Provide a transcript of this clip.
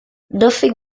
nothing